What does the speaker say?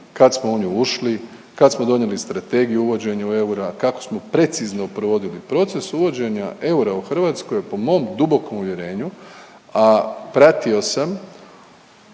kad smo u nju ušli, kad smo donijeli strategiju o uvođenju eura, kako smo precizno provodili? Proces uvođenja eura u Hrvatsku je po mom dubokom uvjerenju, a pratio sam